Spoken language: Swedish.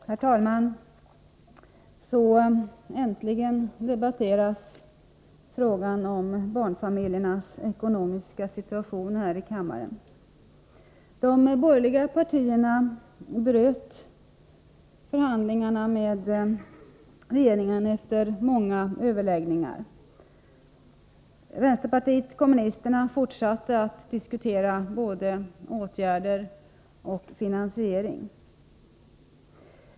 Herr talman! Äntligen debatteras frågan om barnfamiljernas ekonomiska situation här i kammaren. De borgerliga partierna bröt förhandlingarna med regeringen efter många överläggningar. Vänsterpartiet kommunisterna fortsatte att diskutera både åtgärder och finansiering.